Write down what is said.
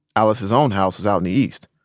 alice's own house was out in the east,